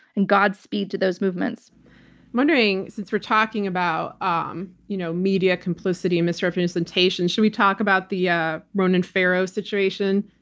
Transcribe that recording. and godspeed to those movements. i'm wondering since we're talking about um you know media complicity and misrepresentation, should we talk about the ah ronan farrow situation?